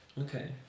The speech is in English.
Okay